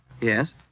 Yes